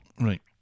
Right